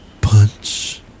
Punch